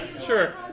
Sure